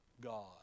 God